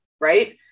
right